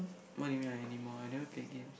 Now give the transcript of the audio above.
what do you mean by anymore I never played games